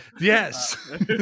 Yes